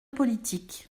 politique